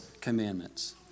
commandments